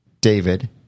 david